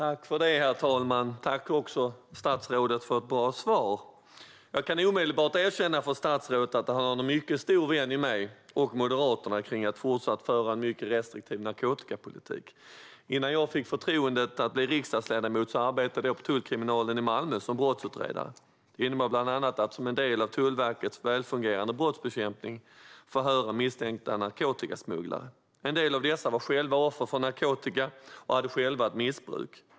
Herr talman! Jag tackar statsrådet för ett bra svar. Jag kan omedelbart erkänna för statsrådet att han har vänner i mig och Moderaterna när det gäller att fortsatt föra en mycket restriktiv narkotikapolitik. Innan jag fick förtroendet att bli riksdagsledamot arbetade jag på Tullkriminalen i Malmö som brottsutredare. Det innebar bland annat att som en del av Tullverkets välfungerande brottsbekämpning förhöra misstänkta narkotikasmugglare. En del av dem var själva offer för narkotika och hade själva ett missbruk.